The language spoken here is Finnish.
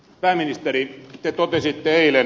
pääministeri te totesitte eilen